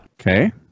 okay